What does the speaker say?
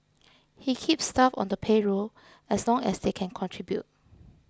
he keeps staff on the payroll as long as they can contribute